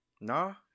No